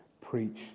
Preach